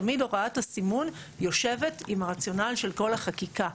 תמיד הוראת הסימון יושבת עם הרציונל של כל החקיקה.